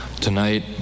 tonight